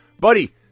Buddy